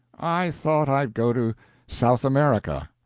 i thought i'd go to south america.